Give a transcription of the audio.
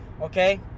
Okay